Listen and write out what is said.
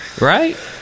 right